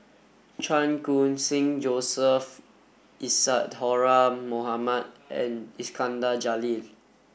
Chan Khun Sing Joseph Isadhora Mohamed and Iskandar Jalil